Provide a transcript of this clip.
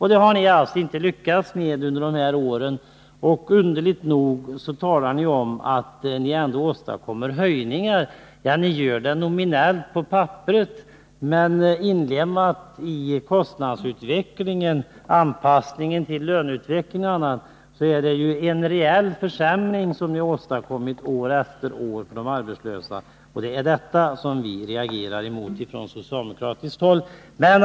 Det har alltså de borgerliga inte lyckats med under de här åren. Underligt nog talar ni ändå om att ni åstadkommer höjningar. Ja, det gör ni nominellt på papperet, men med hänsyn till kostnadsutvecklingen, löneutvecklingen m.m. är det en reell försämring av ersättningen till de arbetslösa som ni år efter år har åstadkommit. Det är detta som vi reagerar mot från socialdemokratiskt håll.